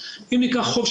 לא אני ולא נציגי חוצה